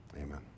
amen